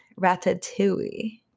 Ratatouille